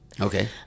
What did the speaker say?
Okay